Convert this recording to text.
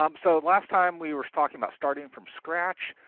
um so last time we were talking about starting from scratch.